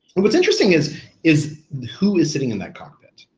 but what's interesting is is who is sitting in that cockpit.